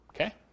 Okay